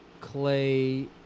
Clay